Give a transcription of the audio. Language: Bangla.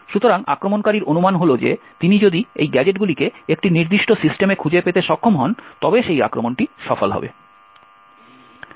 সুতরাং আক্রমণকারীর অনুমান হল যে তিনি যদি এই গ্যাজেটগুলিকে একটি নির্দিষ্ট সিস্টেমে খুঁজে পেতে সক্ষম হন তবে সেই আক্রমণটি সফল হবে